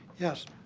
yes.